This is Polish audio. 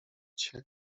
cię